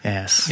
Yes